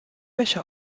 wäsche